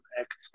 acts